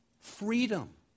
freedom